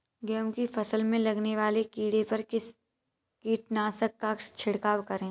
गेहूँ की फसल में लगने वाले कीड़े पर किस कीटनाशक का छिड़काव करें?